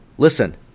Listen